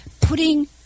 putting